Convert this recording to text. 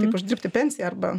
kaip uždirbti pensiją arba